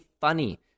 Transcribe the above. funny